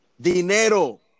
Dinero